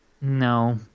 No